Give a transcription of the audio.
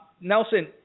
Nelson